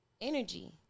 energy